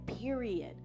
period